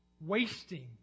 wasting